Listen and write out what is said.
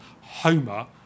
Homer